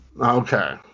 Okay